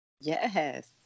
Yes